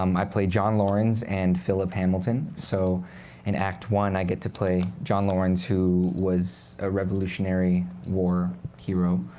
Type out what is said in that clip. um i play john laurens and philip hamilton. so in act one i get to play john laurens, who was a revolutionary war hero.